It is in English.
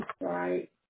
Right